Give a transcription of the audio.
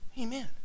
Amen